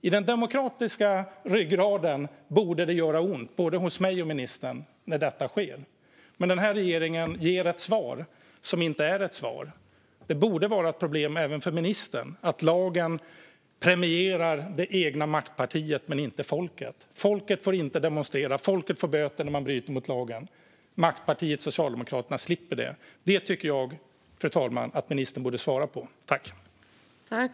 I den demokratiska ryggraden borde det göra ont hos både mig och ministern när det sker. Men den här regeringen ger ett svar som inte är ett svar. Det borde vara ett problem även för ministern att lagen premierar det egna maktpartiet men inte folket. Folket får inte demonstrera. Folket får böter när man bryter mot lagen. Maktpartiet Socialdemokraterna slipper det. Jag tycker att ministern borde svara på det, fru talman.